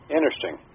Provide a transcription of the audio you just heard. Interesting